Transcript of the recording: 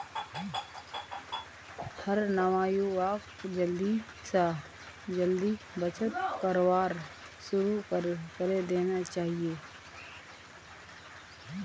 हर नवयुवाक जल्दी स जल्दी बचत करवार शुरू करे देना चाहिए